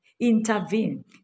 intervene